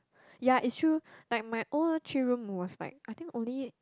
ya is true like my old three room was like I think only